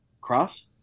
Cross